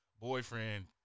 boyfriend